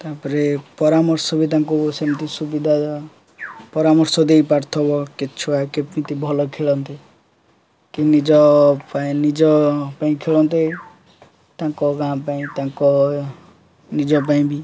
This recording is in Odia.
ତାପରେ ପରାମର୍ଶ ବି ତାଙ୍କୁ ସେମିତି ସୁବିଧା ପରାମର୍ଶ ଦେଇ ପାରୁଥବ କି ଛୁଆ କେମିତି ଭଲ ଖେଳନ୍ତେ କି ନିଜ ପାଇଁ ନିଜ ପାଇଁ ଖେଳନ୍ତେ ତାଙ୍କ ଗାଁ ପାଇଁ ତାଙ୍କ ନିଜ ପାଇଁ ବି